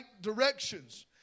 directions